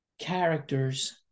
characters